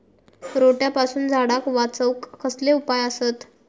रोट्यापासून झाडाक वाचौक कसले उपाय आसत?